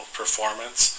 performance